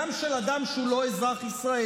גם של אדם שהוא לא אזרח ישראלי,